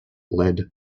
lead